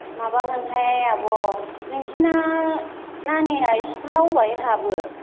माबा मोनहाय आब' नोंसिना नानिया स्कुला अबेहाय हाबो